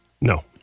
No